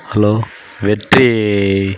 hello வெற்றி